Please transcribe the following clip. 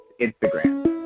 Instagram